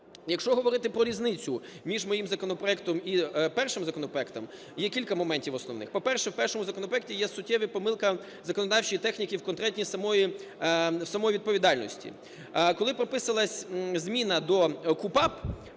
Якщо говорити про різницю між моїм законопроектом і першим законопроектом, є кілька моментів основних. По-перше, в першому законопроекті є суттєва помилка в законодавчій техніці в конкретній… самої… самої відповідальності. Коли прописувалась зміна до КУпАП